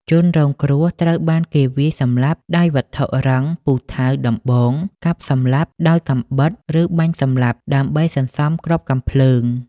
ជនរងគ្រោះត្រូវបានគេវាយសម្លាប់ដោយវត្ថុរឹង (ពូថៅ ដំបង) កាប់ សម្លាប់ដោយកាំបិត ឬបាញ់សម្លាប់ ដើម្បីសន្សំគ្រាប់កាំភ្លើង។